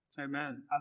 Amen